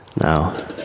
now